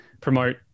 promote